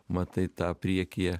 matai tą priekyje